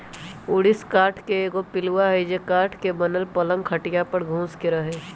ऊरिस काठ के एगो पिलुआ हई जे काठ के बनल पलंग खटिया पर घुस के रहहै